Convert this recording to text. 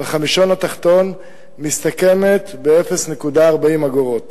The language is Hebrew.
בחמישון התחתון מסתכמת ב-0.40 אגורות.